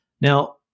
Now